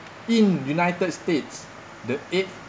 in united states the eighth